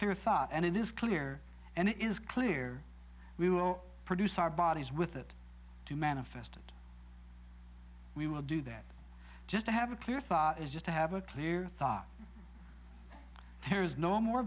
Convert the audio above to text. clear thought and it is clear and it is clear we will produce our bodies with it to manifest it we were do that just to have a clear thought is just to have a clear thought there is no more